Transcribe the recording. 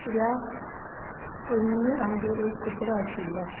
कित्याक पयलीं आमगेर एक कुत्रो आशिल्लो